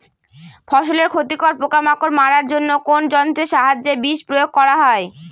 ফসলের ক্ষতিকর পোকামাকড় মারার জন্য কোন যন্ত্রের সাহায্যে বিষ প্রয়োগ করা হয়?